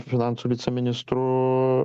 finansų viceministru